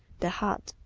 the heart,